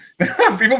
People